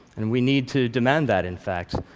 and we need to demand that, in fact.